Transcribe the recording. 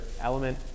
element